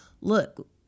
look